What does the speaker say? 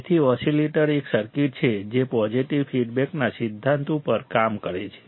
તેથી ઓસિલેટર એક સર્કિટ છે જે પોઝિટિવ ફીડબેકના સિદ્ધાંત ઉપર કામ કરે છે